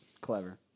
clever